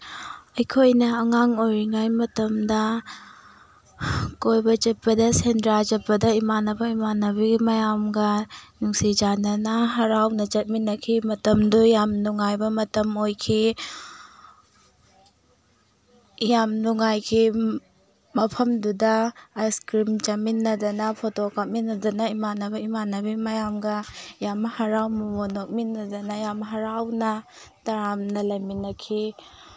ꯑꯩꯈꯣꯏꯅ ꯑꯉꯥꯡ ꯑꯣꯏꯔꯤꯉꯩ ꯃꯇꯝꯗ ꯀꯣꯏꯕ ꯆꯠꯄꯗ ꯁꯦꯟꯗ꯭ꯔꯥ ꯆꯠꯄꯗ ꯏꯃꯥꯟꯅꯕ ꯏꯃꯥꯟꯅꯕꯤ ꯃꯌꯥꯝꯒ ꯅꯨꯡꯁꯤ ꯆꯥꯅꯅ ꯍꯔꯥꯎꯅ ꯆꯠꯃꯤꯟꯅꯈꯤ ꯃꯇꯝꯗꯨ ꯌꯥꯝ ꯅꯨꯡꯉꯥꯏꯕ ꯃꯇꯝ ꯑꯣꯏꯈꯤ ꯌꯥꯝ ꯅꯨꯡꯉꯥꯏꯈꯤ ꯃꯐꯝꯗꯨꯗ ꯑꯥꯏꯁ ꯀ꯭ꯔꯤꯝ ꯆꯥꯃꯤꯟꯅꯗꯅ ꯐꯣꯇꯣ ꯀꯥꯞꯃꯤꯟꯅꯗꯅ ꯏꯃꯥꯟꯅꯕ ꯏꯃꯥꯟꯅꯕꯤ ꯃꯌꯥꯝꯒ ꯌꯥꯝ ꯍꯔꯥꯎ ꯃꯣꯃꯣꯟ ꯅꯣꯛꯃꯤꯟꯅꯗꯅ ꯌꯥꯝ ꯍꯔꯥꯎꯅ ꯇꯔꯥꯝꯅ ꯂꯩꯃꯤꯟꯅꯈꯤ